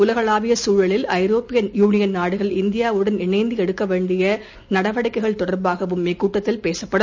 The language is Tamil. உலகளாவியகுழலில் ஜரோப்பிய நாடுகள் யூனியன் இந்தியாவுடன் இணைந்துஎடுக்கவேண்டியநடவடிக்கைகள் தொடர்பாகவும் இக் கூட்டத்தில் பேசப்படும்